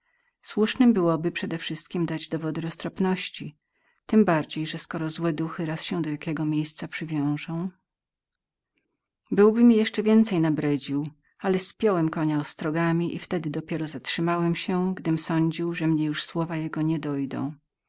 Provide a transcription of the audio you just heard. słusznem byłoby przedewszystkiem dać dowody roztropności tem bardziej że skoro złe duchy raz się do jakiego miejsca przywiążą byłby mi jeszcze więcej nabredził ale spiąłem konia ostrogami i wtedy dopiero zatrzymałem się gdym sądził że mnie już słowa jego nie dojdą